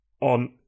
on